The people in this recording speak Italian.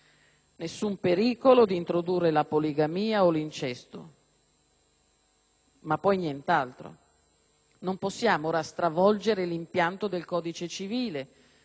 Ma poi nient'altro. Non possiamo ora stravolgere l'impianto del codice civile imponendo la certificazione della regolarità del soggiorno.